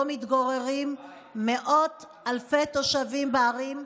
ובו מתגוררים מאות אלפי תושבים בערים,